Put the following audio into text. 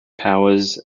powers